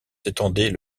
s’étendait